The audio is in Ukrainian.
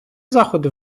заходи